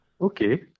Okay